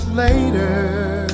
later